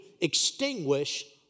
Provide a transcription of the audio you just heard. extinguish